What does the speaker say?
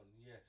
yes